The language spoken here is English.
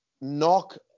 knock